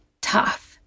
tough